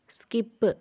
skip